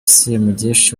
semugeshi